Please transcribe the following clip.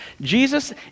Jesus